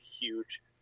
huge